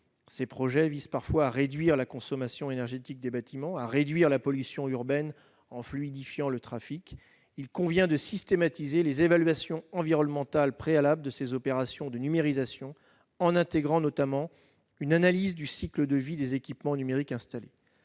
Ces projets visent parfois à réduire la consommation énergétique des bâtiments et à diminuer la pollution urbaine en fluidifiant le trafic. Il convient de systématiser les évaluations environnementales préalables à ces opérations de numérisation, en intégrant notamment une analyse du cycle de vie des équipements numériques installés.